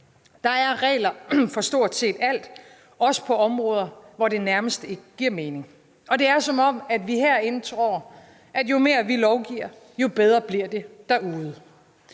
Der er regler for stort set alt, også på områder, hvor det nærmest ikke giver mening. Og det er, som om vi herinde tror, at jo mere vi lovgiver, jo bedre bliver det derude.